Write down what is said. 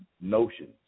notions